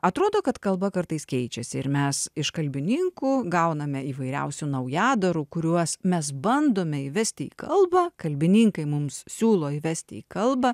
atrodo kad kalba kartais keičiasi ir mes iš kalbininkų gauname įvairiausių naujadarų kuriuos mes bandome įvesti į kalbą kalbininkai mums siūlo įvesti į kalbą